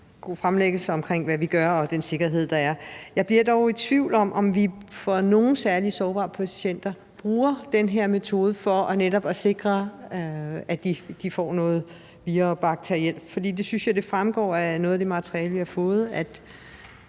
god fremlæggelse om, hvad vi gør, og den sikkerhed, der er. Jeg bliver dog i tvivl om, om vi for nogle særlig sårbare patienter bruger den her metode for netop at sikre, at de ikke får nogle vira og noget bakterielt, for jeg synes, det fremgår af noget af det materiale, vi har fået,